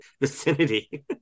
vicinity